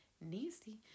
Nasty